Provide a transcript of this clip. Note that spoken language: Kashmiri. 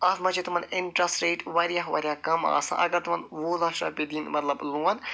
اَتھ منٛز چھُ تِمن اِنٹرٛیسٹہٕ ریٹ واریاہ واریاہ کم آسان اگر تِمن وُہ لچھ رۄپیہِ دِن مطلب لون